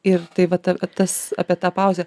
ir tai va ta tas apie tą pauzę